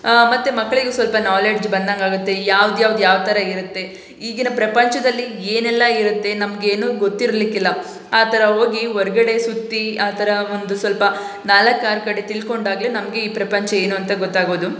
ಮತ್ತು ಮಕ್ಕಳಿಗೂ ಸ್ವಲ್ಪ ನಾಲೆಡ್ಜ್ ಬಂದಂಗಾಗುತ್ತೆ ಈ ಯಾವ್ದು ಯಾವ್ದು ಯಾವ ಥರ ಇರುತ್ತೆ ಈಗಿನ ಪ್ರಪಂಚದಲ್ಲಿ ಏನೆಲ್ಲ ಇರುತ್ತೆ ನಮಗೇಗೂ ಗೊತ್ತಿರಲಿಕ್ಕಿಲ್ಲ ಆ ಥರ ಹೋಗಿ ಹೊರ್ಗಡೆ ಸುತ್ತಿ ಆ ಥರ ಒಂದು ಸ್ವಲ್ಪ ನಾಲ್ಕು ಆರು ಕಡೆ ತಿಳ್ಕೊಂಡಾಗಲೇ ನಮಗೆ ಈ ಪ್ರಪಂಚ ಏನು ಅಂತ ಗೊತ್ತಾಗೋದು